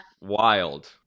wild